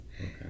Okay